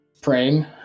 praying